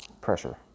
pressure